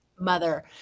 mother